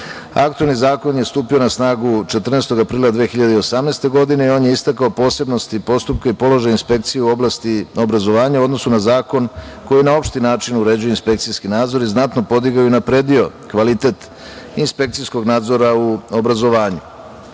Aktuelni zakon je stupio na snagu 14. aprila 2018. godine i on je istakao posebnosti i postupke i položaj inspekcije u oblasti obrazovanja u odnosu na zakon koji je na opšti način uređuje inspekcijski nadzor i znatno podigao i unapredio kvalitet inspekcijskog nadzora u obrazovanju.